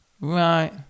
right